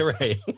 right